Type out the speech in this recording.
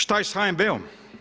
Šta je sa HNB-om?